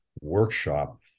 workshop